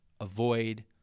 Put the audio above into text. Avoid